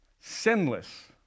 sinless